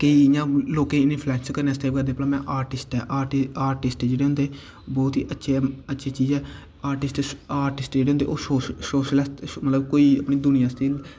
केईं इंया लोकें ई करने आस्तै बी करदे भला आर्टिस्ट ऐ आर्टिस्ट जेह्ड़े होंदे ओह् बहोत ई अच्छी चीज़ ऐ आर्टिस्ट जेह्ड़े होंदे ते ओह् मतलब सोशल दुनिया आस्तै